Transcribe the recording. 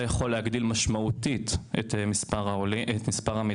זה יכול להגדיל משמעותית את מספר המתגיירים.